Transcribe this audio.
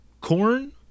Corn